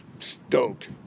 stoked